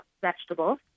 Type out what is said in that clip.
vegetables